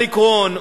אליק רון,